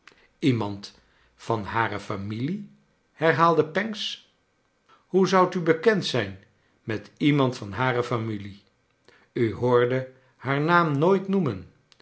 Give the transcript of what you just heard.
iemand van hare familiet herhaalde pancks hoe zoudt u bekend zijn met iemand van hare familie u hoorde haar naam nooit noemen